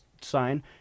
sign